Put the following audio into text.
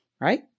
right